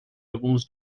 alguns